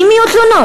אם יהיו תלונות.